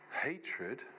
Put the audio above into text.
Hatred